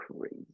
crazy